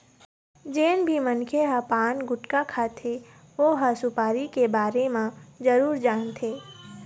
जेन भी मनखे ह पान, गुटका खाथे ओ ह सुपारी के बारे म जरूर जानथे